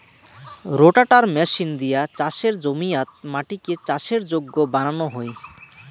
রোটাটার machine দিয়া চাসের জমিয়াত মাটিকে চাষের যোগ্য বানানো হই